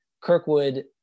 Kirkwood